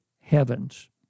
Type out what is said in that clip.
heavens